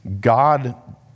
God